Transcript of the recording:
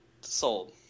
sold